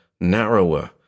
narrower